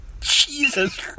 Jesus